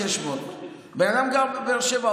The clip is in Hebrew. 600. בן אדם גר בבאר שבע,